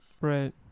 right